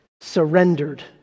surrendered